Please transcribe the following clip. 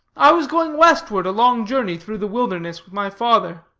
i was going westward a long journey through the wilderness with my father.